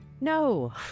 no